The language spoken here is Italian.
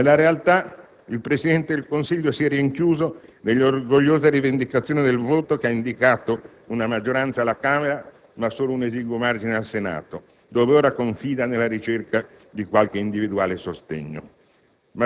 Nella realtà, il Presidente del Consiglio si è rinchiuso nella orgogliosa rivendicazione del voto che ha indicato una maggioranza alla Camera ma solo un esiguo margine al Senato, dove ora confida nella ricerca di qualche individuale sostegno.